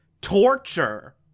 torture